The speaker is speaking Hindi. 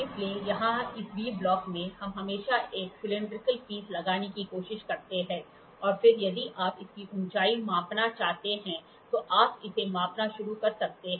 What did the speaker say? इसलिए यहां इस वी ब्लॉक में हम हमेशा एक सिलैंडरिकल टुकड़ा लगाने की कोशिश करते हैं और फिर यदि आप इसकी ऊंचाई मापना चाहते हैं तो आप इसे मापना शुरू कर सकते हैं